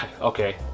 okay